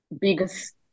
biggest